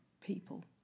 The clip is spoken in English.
people